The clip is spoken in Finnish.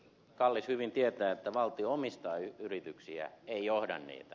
kallis hyvin tietää että valtio omistaa yrityksiä ei johda niitä